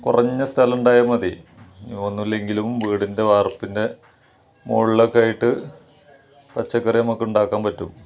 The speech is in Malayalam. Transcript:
കുറഞ്ഞ സ്ഥലവുണ്ടായാൽ മതി ഒന്നുമില്ലെങ്കിലും വീടിൻ്റെ വാർപ്പിൻ്റെ മുകളിലൊക്കെയായിട്ട് പച്ചക്കറി നമുക്ക്ഉണ്ടാക്കാൻ പറ്റും